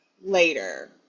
later